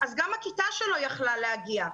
אז גם הכיתה שלו יכלה להגיע.